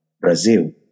Brazil